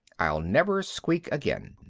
i'll never squeak again.